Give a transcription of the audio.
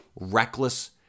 reckless